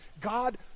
God